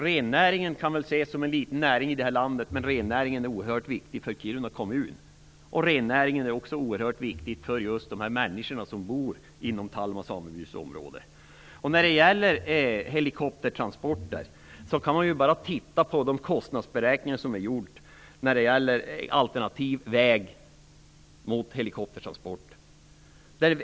Rennäringen kan väl ses som en liten näring här i landet, men den är oerhört viktig för Kiruna kommun, och den är också oerhört viktig för de människor som bor inom Telma samebys område. När det gäller helikoptertransporter kan man bara titta på de kostnadsberäkningar som har gjorts av alternativen väg och helikoptertransport.